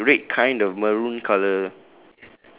like red kind of maroon colour